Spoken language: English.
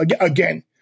again